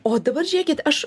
o dabar žiūrėkit aš